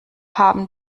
haben